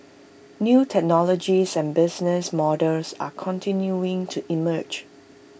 new technologies and business models are continuing to emerge